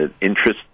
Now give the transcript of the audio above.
interest